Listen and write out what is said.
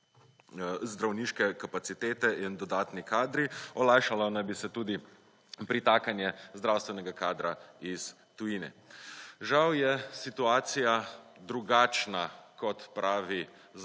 zdravniške kapacitete in dodatni kadri, olajšalo naj bi se tudi pritakanje zdravstvenega kadra iz tujine. Žal je situacija drugačna, kot pravi